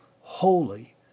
holy